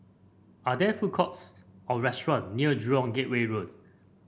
are there food courts or restaurant near Jurong Gateway Road